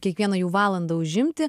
kiekvieną jų valandą užimti